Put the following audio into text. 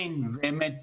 אין באמת פיקוח.